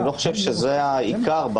אתם רוצים תסדירו את פקודת העיריות.